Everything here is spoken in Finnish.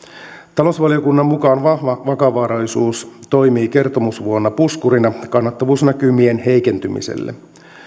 talousvaliokunnan mukaan vahva vakavaraisuus toimi kertomusvuonna puskurina kannattavuusnäkymien heikentymiselle myös